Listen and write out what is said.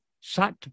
sat